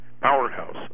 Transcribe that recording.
powerhouse